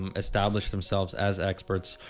um establish themselves as experts.